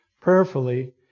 prayerfully